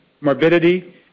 morbidity